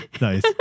Nice